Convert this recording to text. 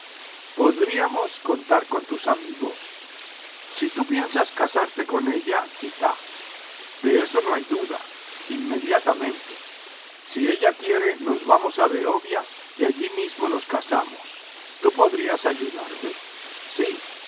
podríamos contar con tus amigos si tú piensas casarte con ella quizá de eso no hay duda inmediatamente si ella quiere nos vamos a behovia y allí mismo nos casamos tú podrías ayudarme sí